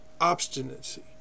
obstinacy